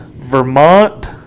Vermont